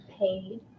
paid